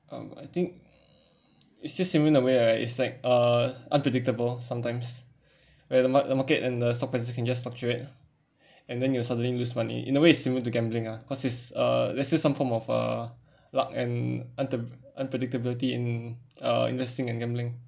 um I think it's just same in a way uh it's like uh unpredictable sometimes where the mar~ the market and the stock prices can just fluctuate and then you'll suddenly lose money in the way it is similar to gambling ah cause it's uh let's say some form uh luck and untip~ unpredictability in uh investing and gambling